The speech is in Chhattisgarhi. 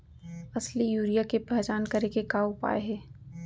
असली यूरिया के पहचान करे के का उपाय हे?